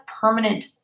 permanent